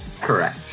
Correct